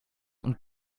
und